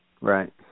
Right